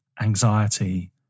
anxiety